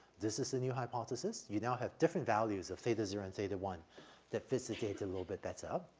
this is the new hypothesis, you now have different values of theta zero and theta one that fits the data a little bit better.